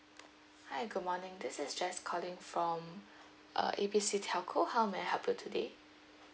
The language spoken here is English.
hi good morning this is jess calling from uh A B C telco how may I help you today